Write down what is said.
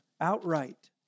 outright